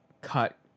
cut